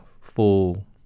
full